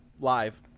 live